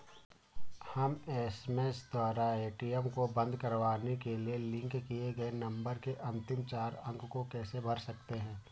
हम एस.एम.एस द्वारा ए.टी.एम को बंद करवाने के लिए लिंक किए गए नंबर के अंतिम चार अंक को कैसे भर सकते हैं?